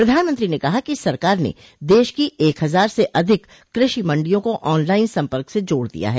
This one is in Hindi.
प्रधानमंत्री ने कहा कि सरकार ने देश की एक हजार से अधिक कृषि मंडियों को ऑनलाइन संपर्क से जोड़ दिया है